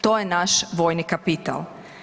To je naš vojni kapital.